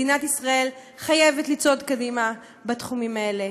מדינת ישראל חייבת לצעוד קדימה בתחומים האלה.